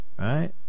Right